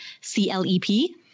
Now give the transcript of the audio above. C-L-E-P